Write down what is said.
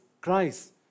Christ